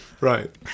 right